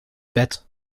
bett